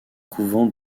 couvent